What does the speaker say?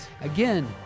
Again